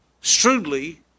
shrewdly